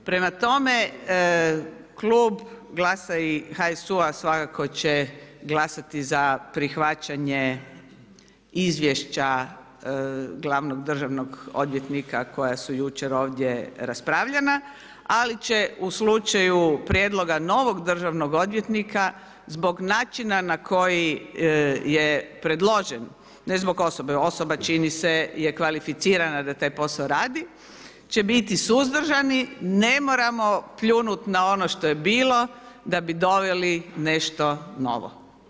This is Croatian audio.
Prema tome, Klub GLAS-a i HSU-a svakako će glasati za prihvaćanje izvješća glavnog državnog odvjetnika koja su jučer ovdje raspravljana, ali će u slučaju prijedloga novog državnog odvjetnika zbog načina na koji je predložen, ne zbog osobe, osoba čini se je kvalificirana da taj posao radi, će biti suzdržani, ne moramo pljunut na ono što je bilo da bi doveli nešto novo.